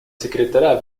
секретаря